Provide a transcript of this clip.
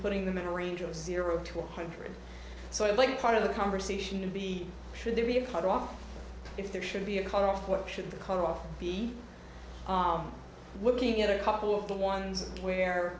putting them in a range of zero to one hundred so i'd like part of the conversation to be should there be a cut off if there should be a cutoff what should the co op be looking at a couple of the ones where